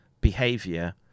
behavior